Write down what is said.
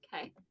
Okay